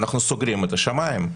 אנחנו סוגרים את השמים.